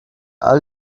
all